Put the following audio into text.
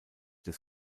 des